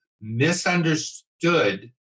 misunderstood